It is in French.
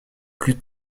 plus